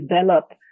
develop